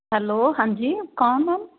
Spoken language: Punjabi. ਹੈਲੋ ਹਾਂਜੀ ਕੌਣ ਮੈਮ